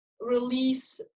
release